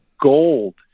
gold